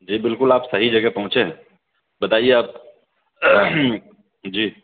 جی بالکل آپ صحیح جگہ پہنچے ہیں بتائیے آپ جی